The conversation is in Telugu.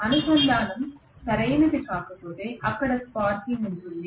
అనుసంధానం సరైనది కాకపోతే అక్కడ స్పార్కింగ్ ఉంటుంది